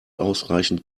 ausreichend